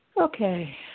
Okay